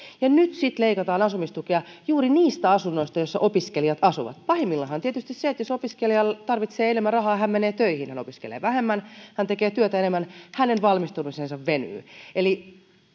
ja nyt sitten leikataan asumistukea juuri niistä asunnoista joissa opiskelijat asuvat pahimmillaanhan tietysti jos opiskelija tarvitsee enemmän rahaa hän menee töihin hän opiskelee vähemmän ja hän tekee työtä enemmän ja hänen valmistumisensa venyy eli